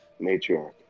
matriarch